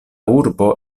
urbo